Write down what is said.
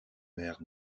mère